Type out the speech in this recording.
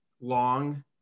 long